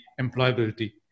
employability